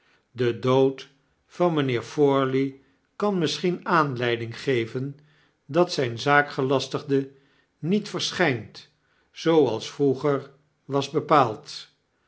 de dood van mijnheer porley kan misschien aanleiding geven dat zyn zaakgelastigde niet verschynt zooals vroeger was bepaald